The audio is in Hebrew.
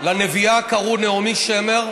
לנביאה קראו נעמי שמר,